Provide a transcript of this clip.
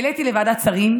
לצערי הרב, העליתי לוועדת שרים,